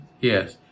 Yes